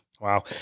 Wow